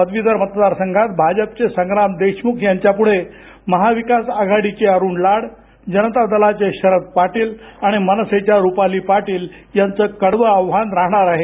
पदवीधर मतदार संघात भाजपचे संग्राम देशमुख यांच्यापुढे महाविकास आघाडीचे अरुण लाड जनता दलाचे शरद पाटील आणि मनसेच्या रुपाली पाटील यांचं कडवं आव्हान राहणार आहे